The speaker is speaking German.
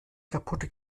kaputte